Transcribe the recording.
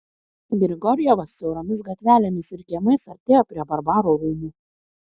grigorjevas siauromis gatvelėmis ir kiemais artėjo prie barbaro rūmų